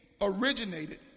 originated